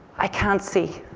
i can't see,